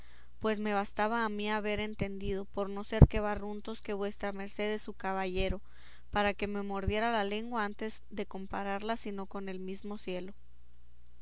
pues me bastaba a mí haber entendido por no sé qué barruntos que vuesa merced es su caballero para que me mordiera la lengua antes de compararla sino con el mismo cielo